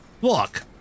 Look